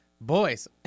boys